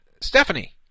Stephanie